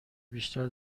بیشتر